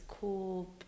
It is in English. cool